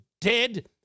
dead